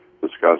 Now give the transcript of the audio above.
discuss